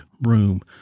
room